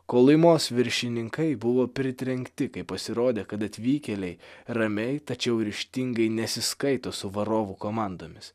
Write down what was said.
kolymos viršininkai buvo pritrenkti kai pasirodė kad atvykėliai ramiai tačiau ryžtingai nesiskaito su varovų komandomis